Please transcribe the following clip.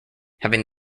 having